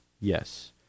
yes